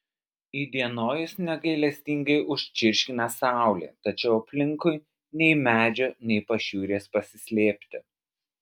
įdienojus negailestingai užčirškina saulė tačiau aplinkui nei medžio nei pašiūrės pasislėpti